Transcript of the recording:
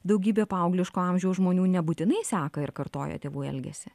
daugybė paaugliško amžiaus žmonių nebūtinai seka ir kartoja tėvų elgesį